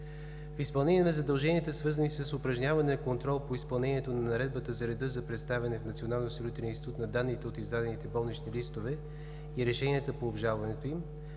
В изпълнение на задълженията, свързани с упражняване на контрол по изпълнението на Наредбата за реда за представяне в Националния осигурителен институт на данните от издадените болнични листове и решенията по обжалването им,